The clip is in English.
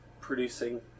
producing